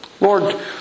Lord